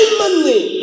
money